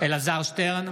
אלעזר שטרן,